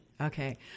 Okay